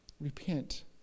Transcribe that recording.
Repent